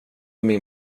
min